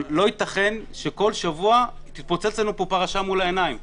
לא ייתכן שכול שבוע תתפוצץ לנו פה פרשה מול העיניים,